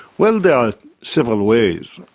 well, there are several ways.